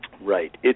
Right